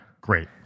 Great